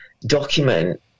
document